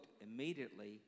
immediately